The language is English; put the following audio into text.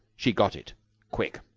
she got it quick.